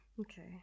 Okay